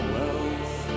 wealth